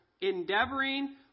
endeavoring